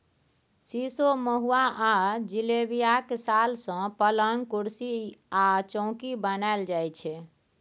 सीशो, महुआ आ जिलेबियाक साल सँ पलंग, कुरसी आ चौकी बनाएल जाइ छै